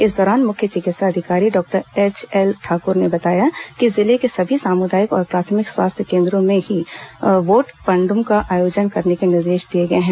इस दौरान मुख्य चिकित्सा अधिकारी डॉक्टर एच एल ठाक्र ने बताया कि जिले के सभी सामुदायिक और प्राथमिक स्वास्थ्य केंद्रों में भी व्होट पंड्म का आयोजन करने के निर्देश दिए गए हैं